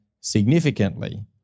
significantly